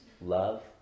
love